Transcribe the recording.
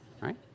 right